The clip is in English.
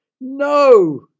No